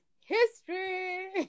history